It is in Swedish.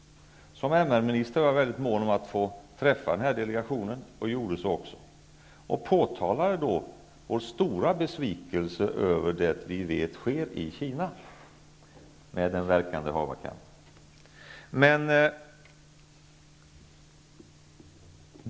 Som MR minister var jag mycket mån om att få träffa delegationen, och jag gjorde det också. Jag påtalade då vår stora besvikelse över det vi vet sker i Kina -- med den verkan det hava kan.